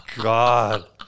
God